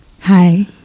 Hi